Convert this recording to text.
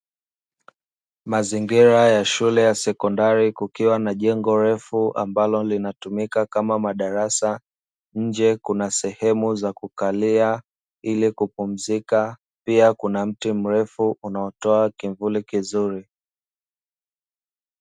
Mazingira ya shule ya sekondari kukiwa jengo refu ambalo linatumika kama madarasa, nje kuna sehemu za kukalia ili kupumzika pia kuna mti mrefu unaotoa kimvuli kizuri.